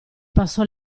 passò